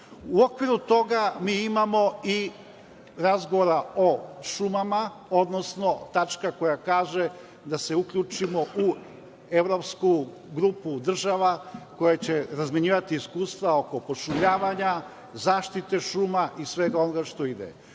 U okviru toga mi imamo i razgovora o šumama, odnosno tačka koja kaže da se uključimo u evropsku grupu država koje će razmenjivati iskustva oko pošumljavanja, zaštite šuma i svega ovoga što